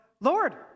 Lord